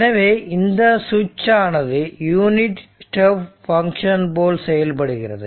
எனவே இந்த சுவிட்ச் ஆனது யூனிட் ஸ்டெப் பங்க்ஷன் போல செயல்படுகிறது